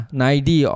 naidi